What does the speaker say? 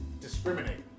Discriminate